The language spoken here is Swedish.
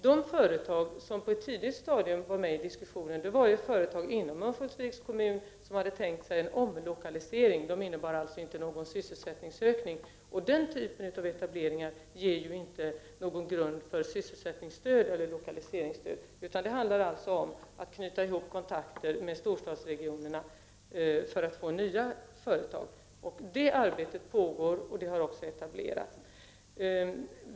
De företag som på ett tidigt stadium var med i diskussionen var företag inom Örnsköldsviks kommun som hade tänkt sig en omlokalisering. Det innebar alltså inte någon sysselsättningsökning. Den typen av etableringar ger inte någon grund för sysselsättningsstöd eller lokaliseringsstöd, utan det handlar om att knyta kontakter med storstadsregionerna för att få nya företag till orten. Det arbetet pågår och kontakter har etablerats.